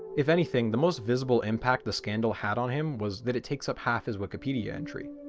if anything the most visible impact the scandal had on him was that it takes up half his wikipedia entry.